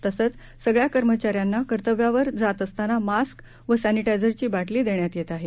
तसेच सगळ्या कर्मचाऱ्यांना कर्तव्यावर जात असताना मास्क व सॅनिटायझरची बाटली देण्यात येत आहे